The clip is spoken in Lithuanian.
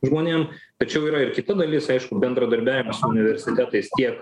žmonėm tačiau yra ir kita dalis aišku bendradarbiavimas su universitetais tiek